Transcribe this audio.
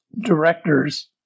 directors